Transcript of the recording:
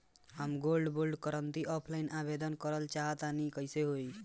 हम gold bond करंति offline आवेदन करल चाह तनि कइसे होई?